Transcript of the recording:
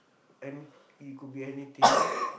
any it could be anything